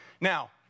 Now